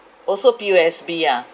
also P_O_S_B ah